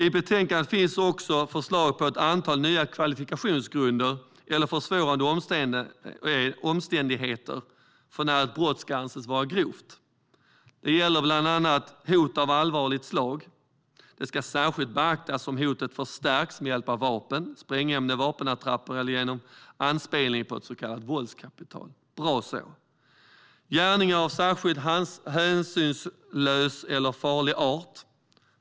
I betänkandet finns också förslag på ett antal nya kvalifikationsgrunder eller försvårande omständigheter för när ett brott ska anses vara grovt. Det gäller bland annat hot av allvarligt slag. Det ska särskilt beaktas om hotet har förstärkts med hjälp av vapen, sprängämnen, vapenattrapper eller genom anspelning på ett så kallat våldskapital. Det är bra. Det gäller också gärningar av särskilt hänsynslös eller farlig art.